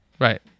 Right